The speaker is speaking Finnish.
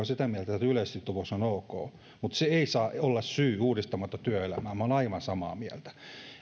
sitä mieltä että yleissitovuus on ok mutta se ei saa olla syy olla uudistamatta työelämää minä olen aivan samaa mieltä